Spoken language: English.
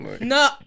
No